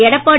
Edappadi